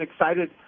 excited